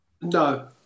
No